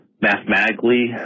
mathematically